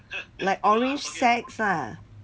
like orange sacs ah